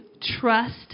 trust